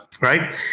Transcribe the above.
Right